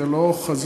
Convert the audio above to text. זה לא חזון,